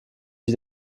sie